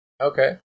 Okay